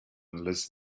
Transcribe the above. unless